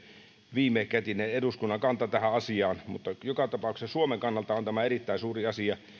viimekätinen eduskunnan kanta tähän asiaan mutta joka tapauksessa suomen kannalta on tämä erittäin suuri asia